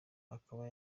akaba